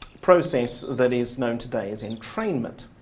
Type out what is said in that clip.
process that is known today as entrainment.